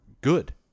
good